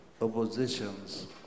oppositions